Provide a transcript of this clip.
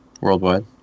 worldwide